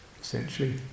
Essentially